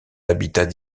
habitat